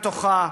בתוכה,